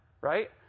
right